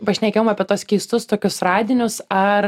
pašnekėjom apie tuos keistus tokius radinius ar